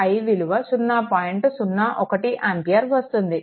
01 ampere వస్తుంది